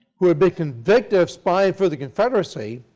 who had been convicted of spying for the confederacy.